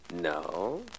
No